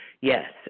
Yes